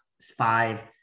five